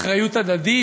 אחריות הדדית,